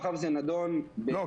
מאחר וזה נדון --- לא,